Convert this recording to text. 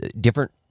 different